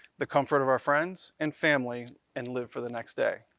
the comfort of our friends and family, and live for the next day.